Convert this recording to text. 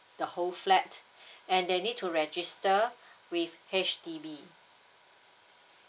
the whole flat and they need to register with H_D_B